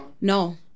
No